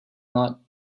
not